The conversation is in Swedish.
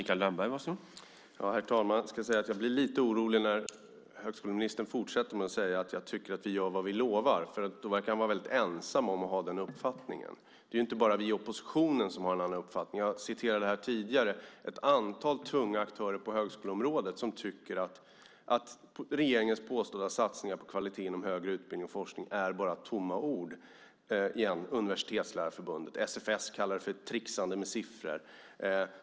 Herr talman! Jag blir lite orolig när högskoleministern fortsätter med att säga att han tycker att de gör vad de lovar. Han kan vara väldigt ensam om att ha den uppfattningen. Det är inte bara vi i oppositionen som har en annan uppfattning. Jag citerade här tidigare ett antal tunga aktörer på högskoleområdet som tycker att regeringens påstådda satsningar på kvalitet inom högre utbildning och forskning bara är tomma ord - så enligt Universitetslärarförbundet. SFS kallar det för tricksande med siffror.